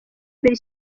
mbere